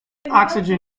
oxygen